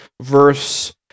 verse